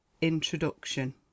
Introduction